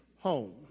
home